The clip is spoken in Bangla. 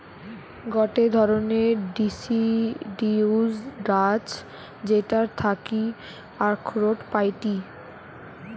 গটে ধরণের ডিসিডিউস গাছ যেটার থাকি আখরোট পাইটি